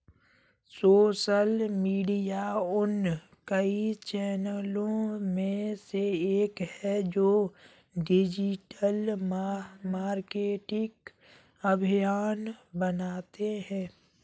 social media उन कई चैनलों में से एक है जो डिजिटल मार्केटिंग अभियान बनाते हैं